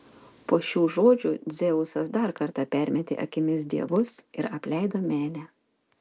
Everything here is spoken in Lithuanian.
po šių žodžių dzeusas dar kartą permetė akimis dievus ir apleido menę